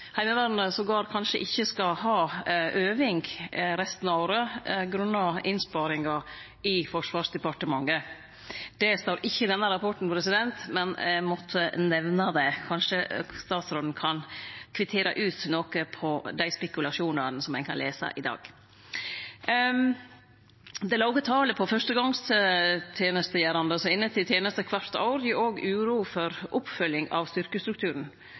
Heimevernet til og med kanskje ikkje skal ha øvingar resten av året, grunna innsparingar i Forsvarsdepartementet. Det står ikkje i denne rapporten, men eg måtte nemne det. Kanskje statsråden kan kvittere ut nokre av dei spekulasjonane som ein kan lese om i dag? Det låge talet på dei som er inne til førstegongsteneste kvart år, gir òg uro for oppfylling av styrkestrukturen.